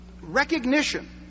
recognition